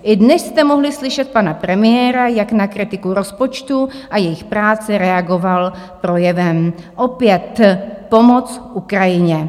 I dnes jste mohli slyšet pana premiéra, jak na kritiku rozpočtu a jejich práce reagoval projevem opět pomoct Ukrajině.